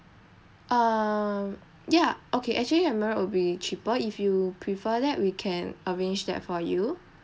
uh yeah okay actually emirates will be cheaper if you prefer that we can arrange that for you